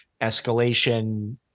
escalation